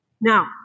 Now